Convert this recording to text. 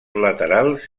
laterals